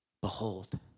Behold